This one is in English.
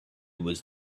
was